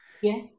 Yes